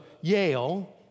Yale